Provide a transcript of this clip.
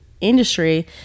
industry